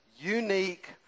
unique